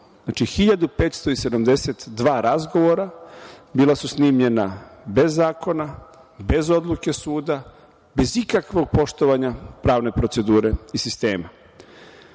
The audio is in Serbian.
Znači, 1.572 razgovora bila su snimljena bez zakona, bez odluke suda, bez ikakvog poštovanja pravne procedure i sistema.